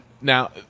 Now